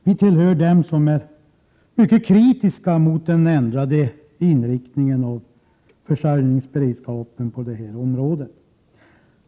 Vi tillhör dem som är mycket kritiska mot den ändrade inriktningen av försörjningsberedskapen på detta område.